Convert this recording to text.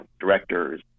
directors